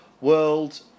World